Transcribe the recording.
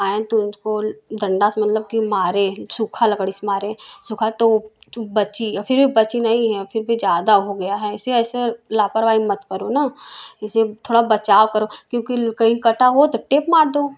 आएं तो उसको डंडा से मतलब कि मारे सूखा लकड़ी से मारे सूखा तो बची और फिर वो बची नहीं है अब फिर भी ज़्यादा हो गया है ऐसे ऐसे लापरवाही मत करो ना इससे थोड़ा बचाव करो क्योंकि कहीं कटा हो तो टेप मार दो